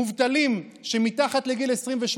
מובטלים מתחת לגיל 28